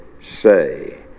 say